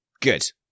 Good